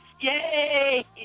Yay